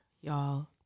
y'all